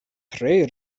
tre